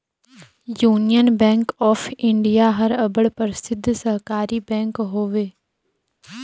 union Bank of India हर अब्बड़ परसिद्ध सहकारी बेंक हवे